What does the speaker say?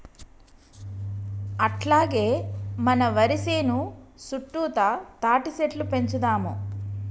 అట్లాగే మన వరి సేను సుట్టుతా తాటిసెట్లు పెంచుదాము